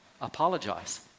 Apologize